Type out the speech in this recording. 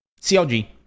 CLG